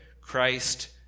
Christ